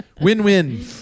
win-win